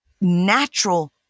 natural